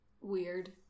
Weird